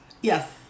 Yes